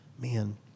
Man